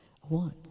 one